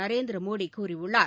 நரேந்திரமோடி கூறியுள்ளார்